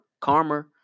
karma